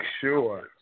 sure